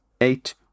eight